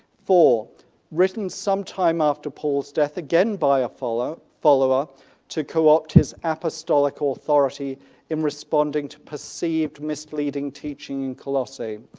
four written sometime after paul's death again by a follower follower to co-opt his apostolic ah authority in responding to perceived misleading teaching in colossae.